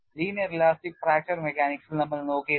linear elastic fracture മെക്കാനിക്സിൽ നമ്മൾ നോക്കിയിരുന്നു